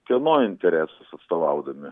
kieno interesus atstovaudami